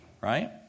right